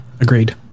agreed